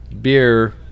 beer